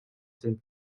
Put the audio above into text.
been